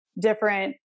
different